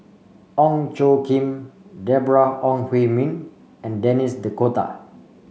Ong Tjoe Kim Deborah Ong Hui Min and Denis D'Cotta